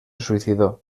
suicidó